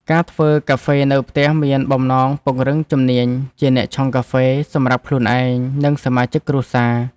ការធ្វើកាហ្វេនៅផ្ទះមានបំណងពង្រឹងជំនាញជាអ្នកឆុងកាហ្វេ សម្រាប់ខ្លួនឯង និងសមាជិកគ្រួសារ។